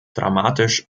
dramatisch